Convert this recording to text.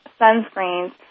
sunscreens